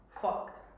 fucked